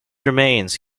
remains